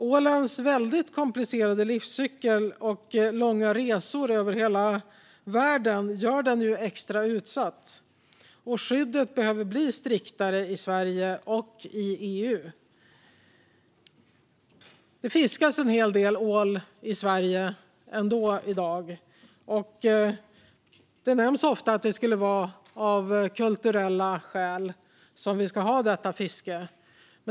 Ålens väldigt komplicerade livscykel och långa resor över hela världen gör den extra utsatt. Skyddet behöver bli striktare i Sverige och i EU. Det fiskas ändå en hel del ål i Sverige i dag. Det sägs ofta att det skulle vara av kulturella skäl som vi ska ha detta fiske.